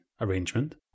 arrangement